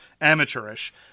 amateurish